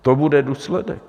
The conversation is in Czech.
To bude důsledek.